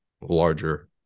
larger